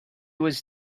was